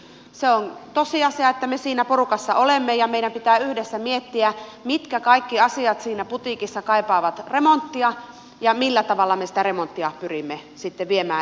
se on tosiasia että me siinä porukassa olemme ja meidän pitää yhdessä miettiä mitkä kaikki asiat siinä putiikissa kaipaavat remonttia ja millä tavalla me sitä remonttia pyrimme sitten viemään eteenpäin